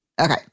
Okay